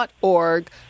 org